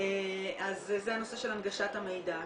זה לנושא הנגשת המידע.